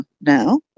now